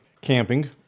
Camping